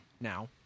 now